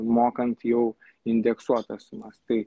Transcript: mokant jau indeksuotas sumas tai